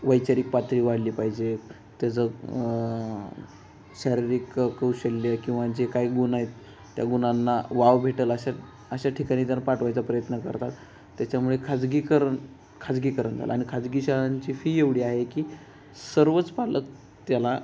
वैचारिक पातळी वाढली पाहिजे त्याचं शारीरिक कौशल्य किंवा जे काय गुण आहेत त्या गुणांना वाव भेटेल अशा अशा ठिकाणी त्याना पाठवायचा प्रयत्न करतात त्याच्यामुळे खाजगीकरण खाजगीकरण झालं आणि खाजगी शाळांची फी एवढी आहे की सर्वच पालक त्याला